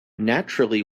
naturally